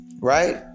right